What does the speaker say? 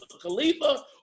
Khalifa